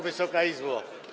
Wysoka Izbo!